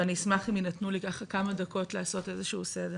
ואני אשמח אם יינתנו לי כמה דקות לעשות סדר.